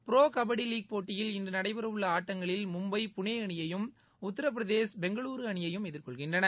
புரோக் kabaddi league போட்டியில் இன்று நடைபெறவுள்ள ஆட்டங்களில் மும்பை புனே அணியையும் உத்திரப்பிரதேஷ் பெங்களுரு அணியையும் எதிர் கொள்கின்றன